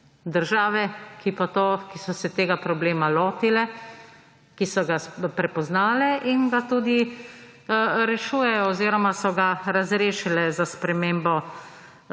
Države, ki so se tega problema lotile, ki so ga prepoznale in ga tudi rešujejo oziroma so ga razrešile. Za spremembo